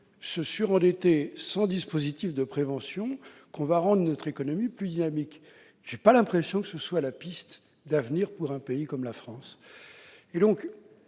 se surendetter sans dispositif de prévention qu'on rendra notre économie plus dynamique ? Je ne suis pas convaincu que ce soit la piste d'avenir pour un pays comme la France.